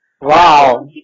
Wow